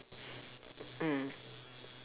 mm